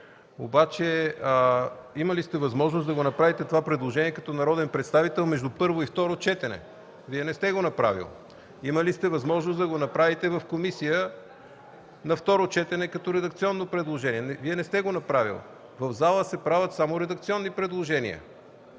обаче сте имали възможност да направите предложението като народен представител между първо и второ четене. Вие не сте го направили. Имали сте възможност да го направите в комисията на второ четене като редакционно предложение, Вие не сте го направили. В пленарната зала се правят само редакционни предложения